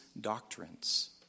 doctrines